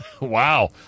wow